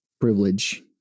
privilege